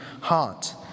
heart